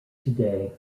today